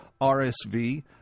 RSV